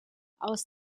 aus